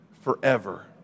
forever